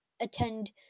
attend